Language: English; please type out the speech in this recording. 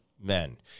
men